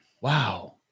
Wow